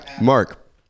Mark